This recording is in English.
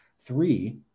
Three